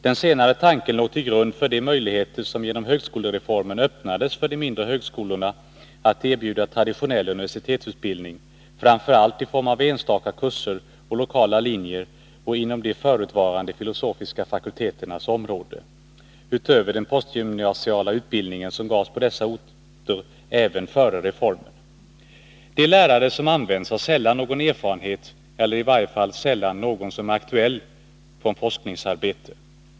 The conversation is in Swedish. Den senare tanken låg till grund för de möjligheter som genom högskolereformen öppnades för de mindre högskolorna att erbjuda traditionell universitetsutbildning — framför allt i form av enstaka kurser och lokala linjer och inom de förutvarande filosofiska fakulteternas område — utöver den postgymnasiala utbildning som gavs på dessa orter även före reformen. De lärare som används har sällan någon erfarenhet — eller i varje fall sällan någon som är aktuell — från forskningsarbete.